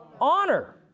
honor